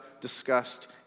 discussed